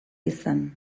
izan